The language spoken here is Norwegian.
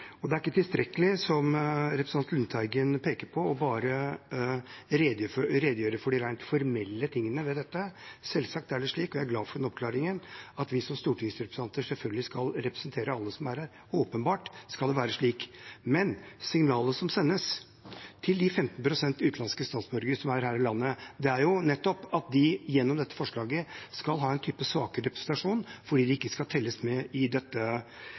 Det er ikke tilstrekkelig, som representanten Lundteigen peker på, bare å redegjøre for de rent formelle tingene ved dette. Selvsagt er det slik – og jeg er glad for oppklaringen – at vi som stortingsrepresentanter skal representere alle som er her. Åpenbart skal det være slik. Men signalet som sendes til de 15 pst. utenlandske statsborgere som er her i landet, er nettopp at de gjennom dette forslaget skal ha en type svakere representasjon fordi de ikke skal telles med i dette